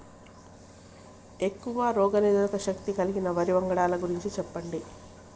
ఎక్కువ రోగనిరోధక శక్తి కలిగిన వరి వంగడాల గురించి చెప్పండి?